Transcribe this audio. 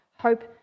hope